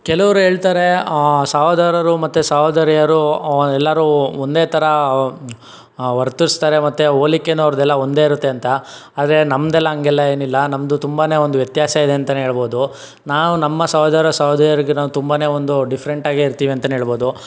ಕೆಲವರು ಹೇಳ್ತಾರೆ ಸಹೋದರರು ಮತ್ತು ಸಹೋದರಿಯರು ಎಲ್ಲರೂ ಒಂದೇ ಥರ ವರ್ತಿಸ್ತಾರೆ ಮತ್ತು ಹೋಲಿಕೆಯೂ ಅವರದ್ದು ಎಲ್ಲ ಒಂದೇ ಇರುತ್ತೆ ಅಂತ ಆದರೆ ನಮ್ಮದೆಲ್ಲ ಹಾಗೆಲ್ಲ ಏನಿಲ್ಲ ನಮ್ಮದು ತುಂಬನೇ ಒಂದು ವ್ಯತ್ಯಾಸ ಇದೆ ಅಂತಲೇ ಹೇಳ್ಬೋದು ನಾವು ನಮ್ಮ ಸಹೋದರ ಸಹೋದರಿಯರಿಗೂ ನಾವು ತುಂಬನೇ ಒಂದು ಡಿಫ್ರೆಂಟ್ ಆಗಿ ಇರ್ತೀವಿ ಅಂತಲೇ ಹೇಳ್ಬೋದು